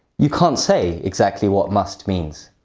you can't say exactly what must means.